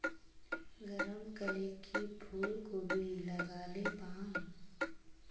गरम कले की फूलकोबी लगाले पाम?